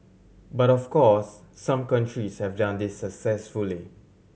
but of course some countries have done this successfully